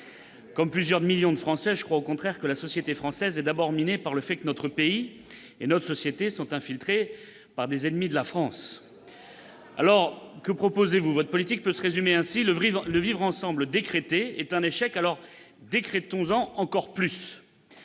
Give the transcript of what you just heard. Comme plusieurs millions de Français, je crois au contraire que la société française est d'abord minée par le fait que notre pays et notre société sont infiltrés par des ennemis de la France ! Que proposez-vous ? Votre politique peut se résumer ainsi :« Le vivre-ensemble décrété est un échec ; décrétons-le